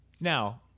now